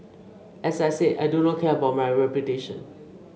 as I said I do not care about my reputation